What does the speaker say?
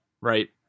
Right